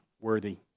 worthy